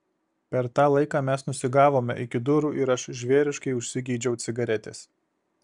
per tą laiką mes nusigavome iki durų ir aš žvėriškai užsigeidžiau cigaretės